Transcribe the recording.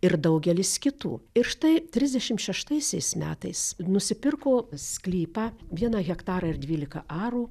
ir daugelis kitų ir štai trisdešim šeštaisiais metais nusipirko sklypą vieną hektarą ir dvylika arų